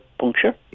puncture